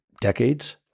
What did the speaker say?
decades